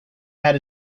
had